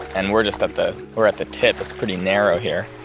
and we're just at the, we're at the tip. it's pretty narrow here.